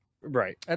right